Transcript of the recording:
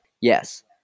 yes